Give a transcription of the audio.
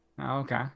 okay